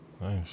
Nice